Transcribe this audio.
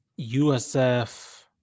USF